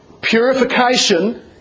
Purification